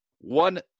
one